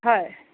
হয়